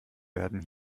werden